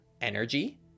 energy